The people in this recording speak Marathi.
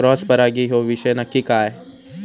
क्रॉस परागी ह्यो विषय नक्की काय?